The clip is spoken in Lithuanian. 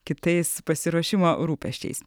kitais pasiruošimo rūpesčiais